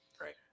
Right